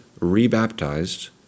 re-baptized